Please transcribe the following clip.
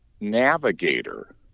Navigator